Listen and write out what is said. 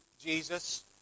Jesus